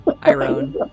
Iron